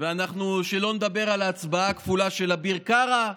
שלא נדבר על ההצבעה הכפולה של אביר קארה,